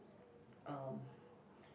um